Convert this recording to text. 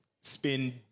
spend